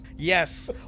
Yes